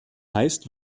heißt